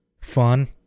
fun